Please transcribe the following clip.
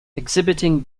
exhibiting